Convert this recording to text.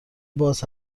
باز